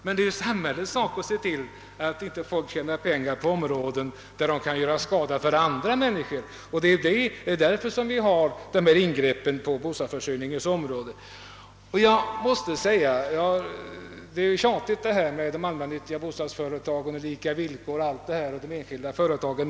Men det är samhällets sak att se till att ingen tjänar pengar på områden där detta kan bli till skada för andra människor, och det är därför vi gör ingreppen på bostadsförsörjningens område. Det är tjatigt att tala om de allmännyttiga bostadsföretagen och de enskilda företagen och om lika villkor för dem.